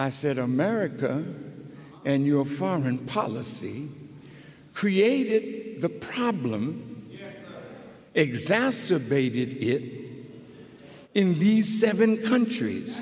i said america and your foreign policy created the problem exacerbated it in these seven countries